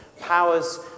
powers